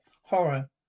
horror